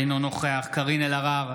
אינו נוכח קארין אלהרר,